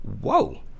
whoa